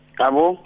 Abu